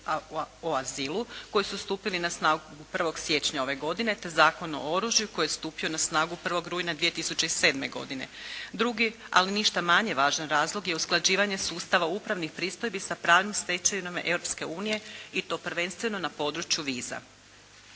koji su stupili na snagu 1. siječnja ove godine, te Zakon o oružju koji je stupio na snagu 1. rujna 2007. godine. Drugi, ali ništa manje važan razlog je usklađivanje sustava upravnih pristojbi sa pravnim stečevinama Europske unije i to prvenstveno na području viza.